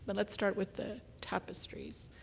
but let's start with the tapestries.